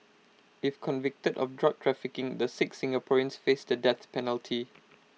if convicted of drug trafficking the six Singaporeans face the death penalty